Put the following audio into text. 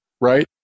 right